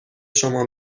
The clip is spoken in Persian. شما